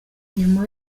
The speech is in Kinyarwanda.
nyuma